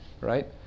right